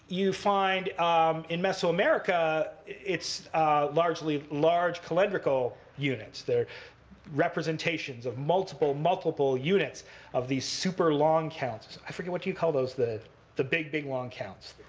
you find um in mesoamerica, it's largely large calendrical units. they're representations of multiple, multiple units of these super long counts i forget, what do you call those? the the big, big long counts?